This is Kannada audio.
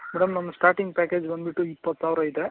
ಮೇಡಮ್ ನಮ್ಮ ಸ್ಟಾರ್ಟಿಂಗ್ ಪ್ಯಾಕೇಜ್ ಬಂದುಬಿಟ್ಟು ಇಪ್ಪತ್ತು ಸಾವಿರ ಇದೆ